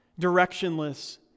directionless